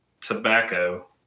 tobacco